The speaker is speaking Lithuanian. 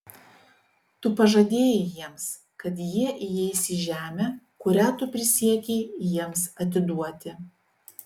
tu pažadėjai jiems kad jie įeis į žemę kurią tu prisiekei jiems atiduoti